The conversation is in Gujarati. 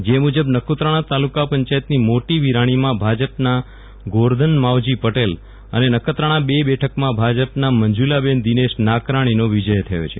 જે મુજબ નખત્રાણા તાલુકા પંચાયતની મોટી વિરાણીમાં ભાજપના ગોરધન માવજી પટેલ અને નખત્રાણા ર બેઠકમાં ભાજપના મંજુલાબેન દિનેશ નાકરણીનો વિજય થયો છે